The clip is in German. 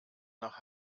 nach